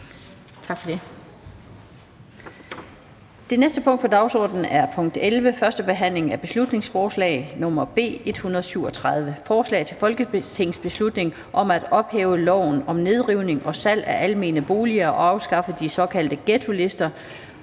Det næste punkt på dagsordenen er: 11) 1. behandling af beslutningsforslag nr. B 137: Forslag til folketingsbeslutning om at ophæve loven om nedrivning og salg af almene boliger og afskaffe de såkaldte »ghettolister«